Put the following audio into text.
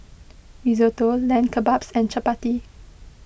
Risotto Lamb Kebabs and Chapati